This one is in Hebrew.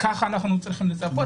ככה אנחנו צריכים לצפות.